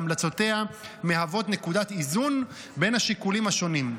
והמלצותיה מהוות נקודת איזון בין השיקולים השונים.